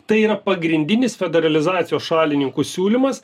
tai yra pagrindinis federalizacijos šalininkų siūlymas